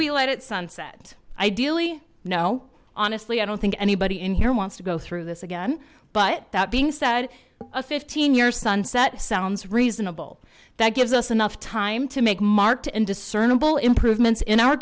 we let it sunset ideally no honestly i don't think anybody in here wants to go through this again but that being said a fifteen year sunset sounds reasonable that gives us enough time to make mark to indiscernible improvements in our